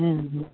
हुँ हुँ